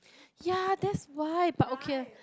ya that's why but okay ah